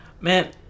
Man